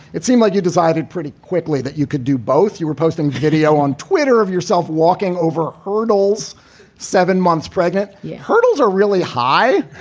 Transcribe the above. it seemed like you decided pretty quickly that you could do both. you were posting video on twitter of yourself walking over hurdles seven months pregnant yeah hurdles are really high.